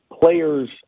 player's